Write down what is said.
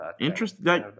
Interesting